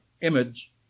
image